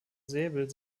säbel